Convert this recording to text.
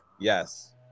Yes